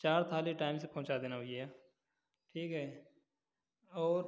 चार थाली टाइम से पहुँचा देना भइया ठीक है और